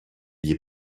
gli